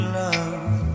love